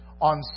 on